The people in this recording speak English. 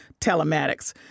telematics